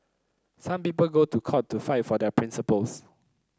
some people go to court to fight for their principles